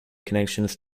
connections